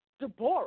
Deborah